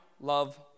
love